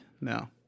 No